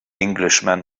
englishman